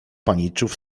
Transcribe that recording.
paniczów